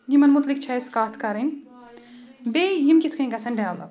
یِمَن مُتعلِق چھِ اَسہِ کَتھ کَرٕنۍ بیٚیہِ یِم کِتھ کَنۍ گَژھن ڈؠولَپ